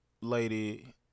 lady